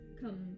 come